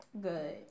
good